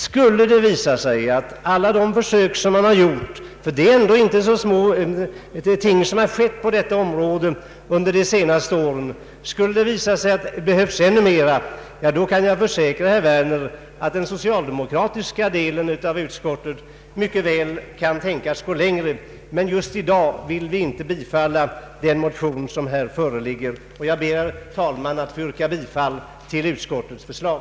Skulle det visa sig att alla de försök som gjorts — det är ändå inte så små ting som har skett på detta område under de senaste åren — är otillräckliga och att det behövs ännu flera, vill jag försäkra herr Werner att den socialdemokratiska delen av utskottet mycket väl kan tänkas gå längre. Men just i dag vill vi inte tillstyrka den motion som här föreligger. Jag ber, herr talman, att få yrka bifall till utskottets förslag.